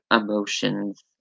emotions